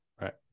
right